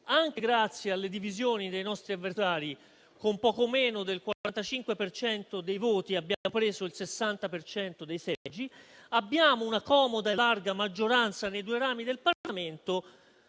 anche grazie alle divisioni dei nostri avversari, con poco meno del 45 per cento dei voti abbiamo preso il 60 per cento dei seggi; abbiamo una comoda e larga maggioranza nei due rami del Parlamento;